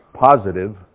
positive